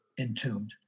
entombed